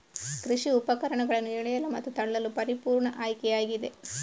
ಕೃಷಿ ಉಪಕರಣಗಳನ್ನು ಎಳೆಯಲು ಮತ್ತು ತಳ್ಳಲು ಪರಿಪೂರ್ಣ ಆಯ್ಕೆಯಾಗಿದೆ